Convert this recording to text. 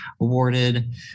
awarded